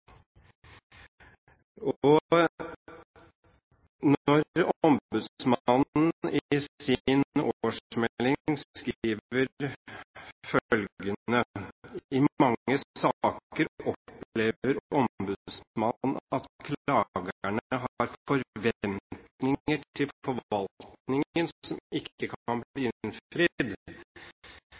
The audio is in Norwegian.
skriver følgende i sin årsmelding: «I mange saker opplever ombudsmannen at klagerne har forventninger til forvaltningen som ikke kan